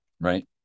Right